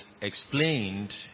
explained